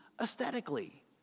aesthetically